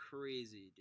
crazy